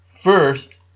First